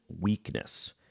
weakness